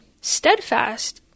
steadfast